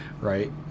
right